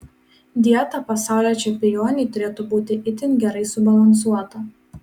dieta pasaulio čempionei turėtų būti itin gerai subalansuota